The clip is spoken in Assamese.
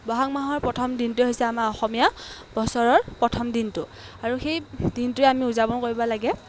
বহাগ মাহৰ প্ৰথম দিনটোৱে হৈছে আমাৰ অসমীয়া বছৰৰ প্ৰথম দিনটো আৰু সেই দিনটোৱে আমি উদযাপন কৰিব লাগে